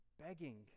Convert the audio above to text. begging